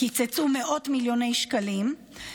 קיצצו מאות מיליונים שקלים,